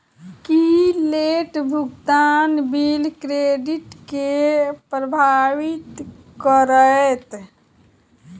की late भुगतान bill credit केँ प्रभावित करतै?